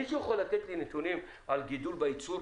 מישהו יכול לתת לי נתונים על גידול בייצור